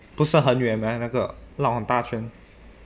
不是很远 meh 那个绕很大圈